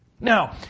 Now